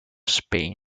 spain